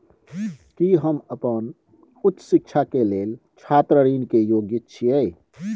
की हम अपन उच्च शिक्षा के लेल छात्र ऋण के योग्य छियै?